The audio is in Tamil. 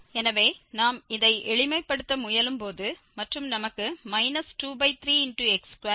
எனவே நாம் இதை எளிமைப்படுத்த முயலும் போது மற்றும் நமக்கு 23x24x 73 கிடைக்கிறது